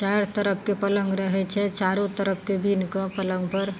चारि तरफके पलङ्ग रहय छै चारू तरफके बीनके पलङ्गपर